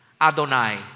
Adonai